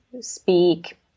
speak